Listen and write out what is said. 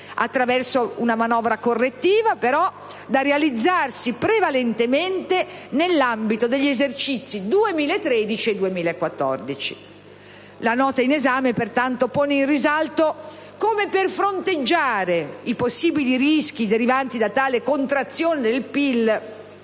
attraverso una manovra correttiva, però, da realizzarsi prevalentemente nell'ambito degli esercizi 2013 e 2014. La Nota in esame, pertanto, pone in risalto come, per fronteggiare i possibili rischi derivanti da tale contrazione del PIL